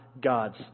God's